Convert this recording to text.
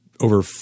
over